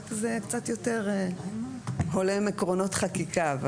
רק זה קצת יותר הולם עקרונות חקיקה.